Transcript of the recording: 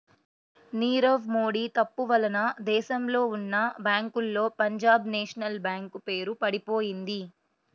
నీరవ్ మోడీ తప్పు వలన దేశంలో ఉన్నా బ్యేంకుల్లో పంజాబ్ నేషనల్ బ్యేంకు పేరు పడిపొయింది